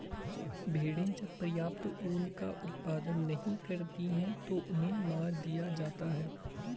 भेड़ें जब पर्याप्त ऊन का उत्पादन नहीं करती हैं तो उन्हें मार दिया जाता है